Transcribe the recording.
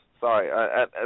Sorry